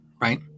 right